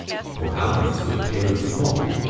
o'halloran stood tailors of malt,